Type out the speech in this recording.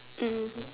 mmhmm